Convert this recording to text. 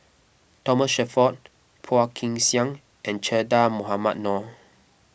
Thomas Shelford Phua Kin Siang and Che Dah Mohamed Noor